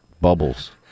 bubbles